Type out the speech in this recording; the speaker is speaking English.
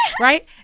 Right